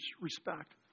respect